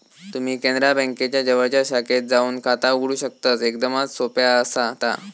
तुम्ही कॅनरा बँकेच्या जवळच्या शाखेत जाऊन खाता उघडू शकतस, एकदमच सोप्या आसा ता